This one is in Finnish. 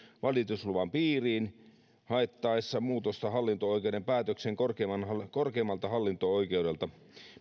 valitusluvan piiriin haettaessa muutosta hallinto oikeuden päätökseen korkeimmalta hallinto oikeudelta